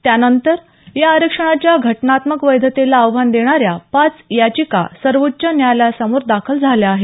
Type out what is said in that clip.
त्यानंतर या आरक्षणाच्या घटनात्मक वैधतेला आव्हान देणाऱ्या पाच याचिका सर्वोच्च न्यायालयासमोर दाखल झाल्या आहेत